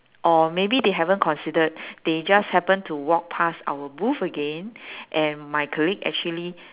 or maybe they haven't considered they just happen to walk past our booth again and my colleague actually